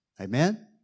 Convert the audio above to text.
Amen